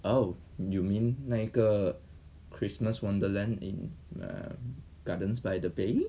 oh you mean 那个 Christmas Wonderland in the Gardens by the Bay